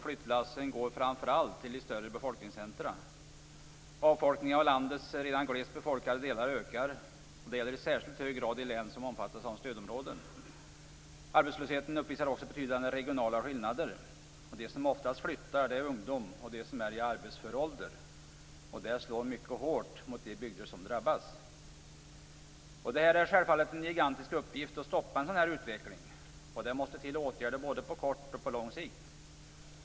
Flyttlassen går framför allt till de större befolkningscentrumen. Avfolkningen av landets redan glest befolkade delar ökar. Det gäller i särskilt hög grad de län som omfattar stödområden. Arbetslösheten uppvisar också betydande regionala skillnader. De som oftast flyttar är ungdom och de som är i arbetsför ålder. Detta slår mycket hårt mot de bygder som drabbas. Det är självfallet en gigantisk uppgift att stoppa en sådan utveckling och det måste till åtgärder på både kort och lång sikt.